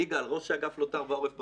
יגאל, ראש אגף לוט"ר ועורף במל"ל.